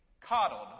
coddled